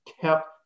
kept